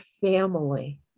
family